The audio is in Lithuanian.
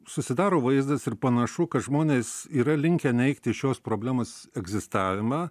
susidaro vaizdas ir panašu kad žmonės yra linkę neigti šios problemos egzistavimą